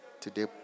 Today